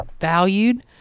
Valued